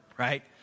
Right